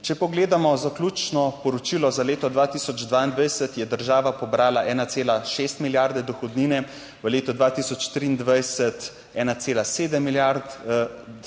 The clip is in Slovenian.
Če pogledamo zaključno poročilo za leto 2022 je država pobrala 1,6 milijarde dohodnine, v letu 2023 1,7 milijarde evrov dohodnine,